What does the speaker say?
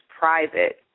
private